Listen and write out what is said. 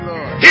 Lord